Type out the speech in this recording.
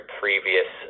previous